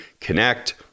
connect